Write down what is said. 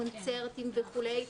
קונצרטים וכולי,